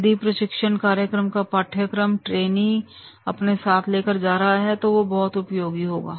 यदि प्रशिक्षण कार्यक्रम का पाठ्यक्रम ट्रेनी अपने साथ लेकर जा रहा है तो वह बहुत उपयोगी होगा